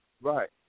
Right